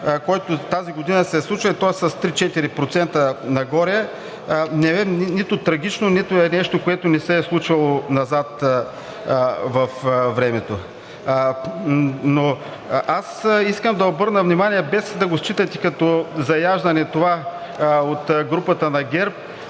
който тази година се е случил, е с 3 – 4% нагоре. Не е нито трагично, нито е нещо, което не се е случвало назад във времето. Аз искам да обърна внимание, без да считате това като заяждане от групата на ГЕРБ.